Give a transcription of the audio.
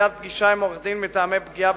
דחיית פגישה עם עורך-דין מטעמי פגיעה